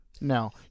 Now